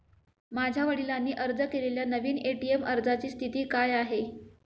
माझ्या वडिलांनी अर्ज केलेल्या नवीन ए.टी.एम अर्जाची स्थिती काय आहे?